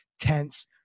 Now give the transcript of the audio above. tense